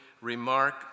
remark